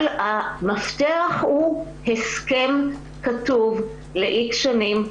המפתח הוא הסכם כתוב ל-X שנים,